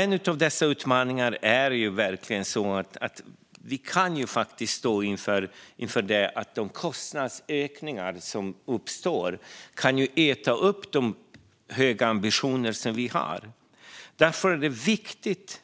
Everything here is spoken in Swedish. En av dessa utmaningar är att vi kan stå inför att de kostnadsökningar som uppstår äter upp de höga ambitioner vi har. Därför är det viktigt